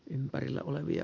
ympärillä olevia